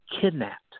kidnapped